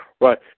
right